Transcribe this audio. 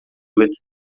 with